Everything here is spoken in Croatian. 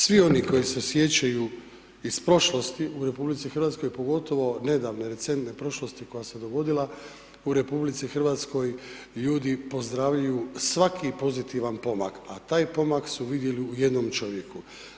Svi oni koji se sjećaju iz prošlosti u RH pogotovo nedavne recentne prošlosti koja se dogodila u RH, ljudi pozdravljaju svaki pozitivan pomak a taj pomak su vidjeli u jednom čovjeku.